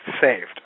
saved